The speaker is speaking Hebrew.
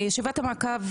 ישיבת המעקב,